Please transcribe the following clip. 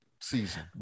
season